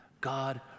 God